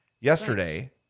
Yesterday